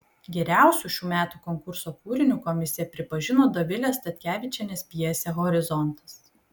geriausiu šių metų konkurso kūriniu komisija pripažino dovilės statkevičienės pjesę horizontas